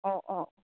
ꯑꯣ ꯑꯣ